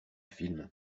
film